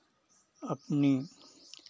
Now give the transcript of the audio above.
अपनी